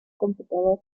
computador